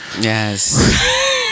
yes